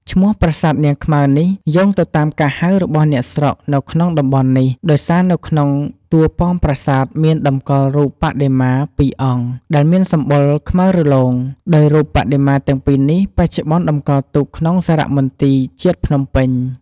ឈ្មោះប្រាសាទនាងខ្មៅនេះ យោងទៅតាមការហៅរបស់អ្នកស្រុកនៅក្នុងតំបន់នេះ ដោយសារនៅក្នុងតួប៉មប្រាសាទមានតម្កល់រូបបដិមាពីរអង្គដែលមានសម្បុរខ្មៅរលោង ដោយរូបបដិមាទាំងពីរនេះបច្ចុប្បន្នតម្កល់ទុកក្នុងសារមន្ទីរជាតិភ្នំពេញ។